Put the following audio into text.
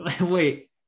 Wait